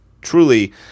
truly